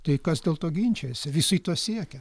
tai kas dėl to ginčijasi visi to siekia